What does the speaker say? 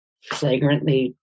flagrantly